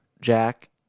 Jack